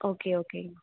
okay ஓகேங்க